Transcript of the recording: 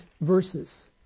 verses